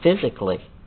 physically